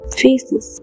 faces